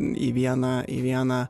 į vieną į vieną